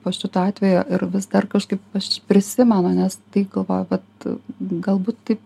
po šito atvejo ir vis dar kažkaip aš prisimenu nes tai galvojau vat galbūt taip